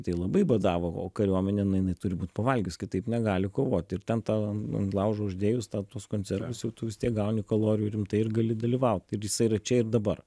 tai labai badavo o kariuomenė nu jinai turi būt pavalgius kitaip negali kovot ir ten tą ant laužo uždėjus tą tuos konservus jau tu vis tiek gauni kalorijų rimtai ir gali dalyvaut ir jisai yra čia ir dabar